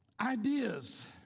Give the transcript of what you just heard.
ideas